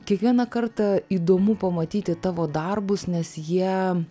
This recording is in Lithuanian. kiekvieną kartą įdomu pamatyti tavo darbus nes jie